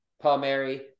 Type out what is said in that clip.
Palmieri